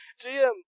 GM